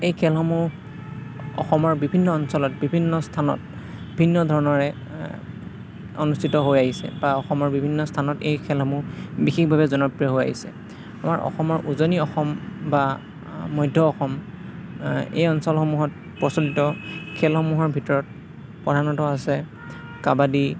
এই খেলসমূহ অসমৰ বিভিন্ন অঞ্চলত বিভিন্ন স্থানত ভিন্ন ধৰণৰে অনুষ্ঠিত হৈ আহিছে বা অসমৰ বিভিন্ন স্থানত এই খেলসমূহ বিশেষভাৱে জনপ্ৰিয় হৈ আহিছে আমাৰ অসমৰ উজনি অসম বা মধ্য অসম এই অঞ্চলসমূহত প্ৰচলিত খেলসমূহৰ ভিতৰত প্ৰধানত হৈছে কাবাডি